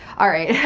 alright. yeah